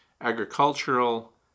agricultural